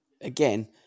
again